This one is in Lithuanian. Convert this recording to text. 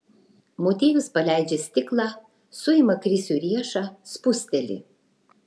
motiejus paleidžia stiklą suima krisiui riešą spusteli